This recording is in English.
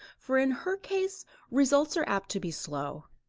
for in her case results are apt to be slow.